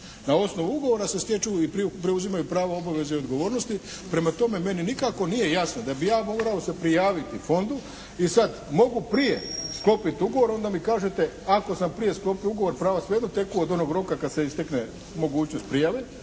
Na osnovu ugovora se stječu i preuzimaju prava obaveze i odgovornosti. Prema tome, meni nikako nije jasno da bi ja morao se prijaviti fondu. I sad, mogu prije sklopiti ugovor onda mi kažete ako sam prije sklopio ugovor prava svejedno teku od onog roka kad se istekne mogućnost prijave